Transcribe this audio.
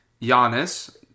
Giannis